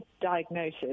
diagnosis